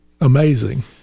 amazing